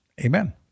Amen